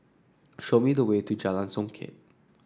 show me the way to Jalan Songket